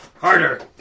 Harder